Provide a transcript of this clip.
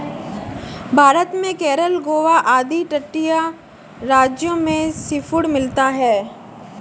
भारत में केरल गोवा आदि तटीय राज्यों में सीफूड मिलता है